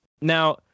Now